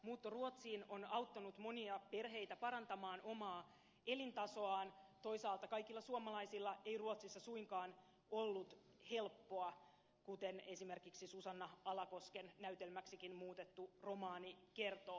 muutto ruotsiin on auttanut monia perheitä parantamaan omaa elintasoaan toisaalta kaikilla suomalaisilla ei ruotsissa suinkaan ollut helppoa kuten esimerkiksi susanna alakosken näytelmäksikin muutettu romaani kertoo